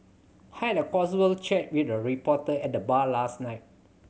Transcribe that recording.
had a casual chat with a reporter at the bar last night